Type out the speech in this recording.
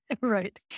Right